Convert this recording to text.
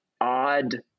odd